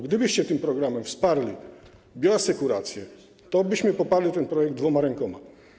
Gdybyście tym programem wsparli bioasekurację, tobyśmy poparli ten projekt dwoma rękoma.